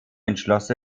entschloss